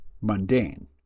mundane